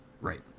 Right